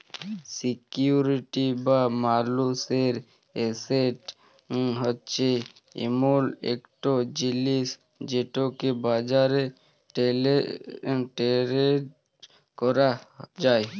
security বা মালুসের asset হছে এমল ইকট জিলিস যেটকে বাজারে টেরেড ক্যরা যায়